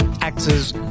actors